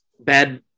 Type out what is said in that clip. bad